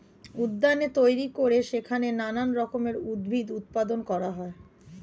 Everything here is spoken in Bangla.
উদ্যানে তৈরি করে সেইখানে নানান রকমের উদ্ভিদ উৎপাদন করা হয়